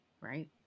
right